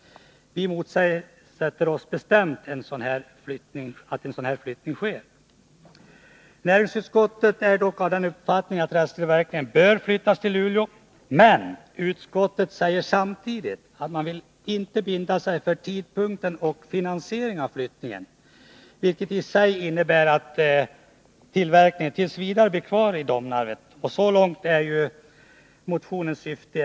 Vi motsätter oss bestämt att en sådan flyttning sker. Näringsutskottet är dock av den uppfattningen att rälstillverkningen bör flyttas till Luleå. Men utskottet säger samtidigt att man inte vill binda sig för tidpunkten för och finansieringen av flyttningen, vilket innebär att tillverkningen t. v. blir kvar i Domnarvet — så långt har man tillgodosett motionens syfte.